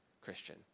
Christian